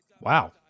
Wow